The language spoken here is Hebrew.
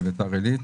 בביתר עילית,